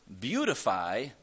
beautify